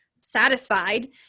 satisfied